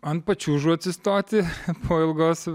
ant pačiūžų atsistoti po ilgos